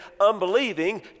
unbelieving